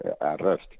arrest